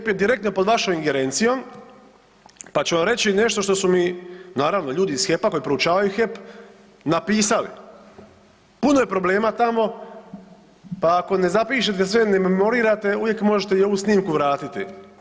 HEP je direktno pod vašom ingerencijom, pa ću vam reći nešto što su mi, naravno ljudi iz HEP-a preporučavaju HEP, napisali, puno je problema tamo, pa ako ne zapišete sve, ne memorirate, uvijek možete i ovu snimku vratiti.